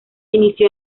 inició